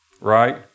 Right